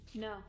No